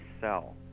sell